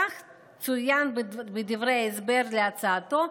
כך צוין בדברי ההסבר להצעתו,